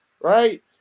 right